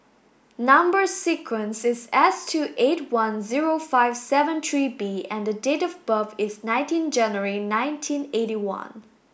number sequence is S two eight one zero five seven three B and date of birth is nineteen January nineteen eighty one